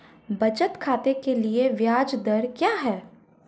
बचत खाते के लिए ब्याज दर क्या है?